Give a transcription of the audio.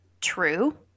true